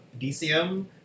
DCM